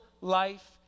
life